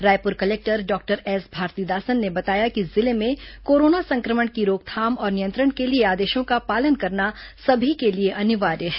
Raipur collector doctor S Bharathidasan ने बताया कि जिले में कोरोना संक्रमण की रोकथाम और नियंत्रण के लिए आदेशों का पालन करना सभी के लिए अनिवार्य है